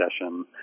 session